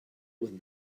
with